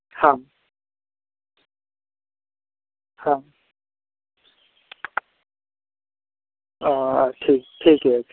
हँ हँ ओ ठीक ठीके छै